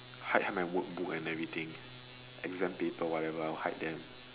hide my workbook and everything exam paper whatever I'll hide them